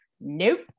Nope